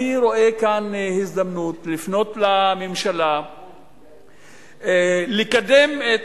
אני רואה כאן הזדמנות לפנות לממשלה לקדם את